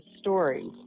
story